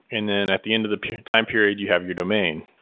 and then at the end of the time period, you have your domain.